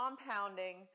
compounding